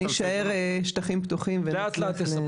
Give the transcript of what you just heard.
אני אשאר שטחים פתוחים וזה,